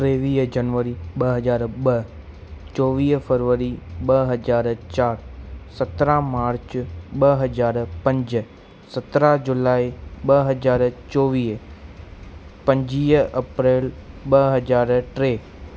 टेवीह जनवरी ॿ हज़ार ॿ चोवीह फरवरी ॿ हज़ार चारि सत्रहं मार्च ब हजार पंज सत्रहं जुलाई ॿ हज़ार चोवीह पंजुवीह अप्रैल ॿ हज़ार टे